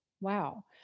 Wow